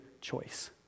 choice